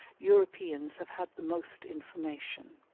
europeans have had the most information.